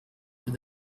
with